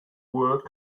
work